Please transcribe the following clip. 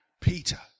Peter